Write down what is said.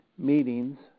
meetings